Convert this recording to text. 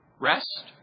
rest